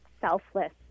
selfless